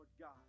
God